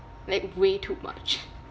like way too much